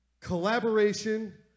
Collaboration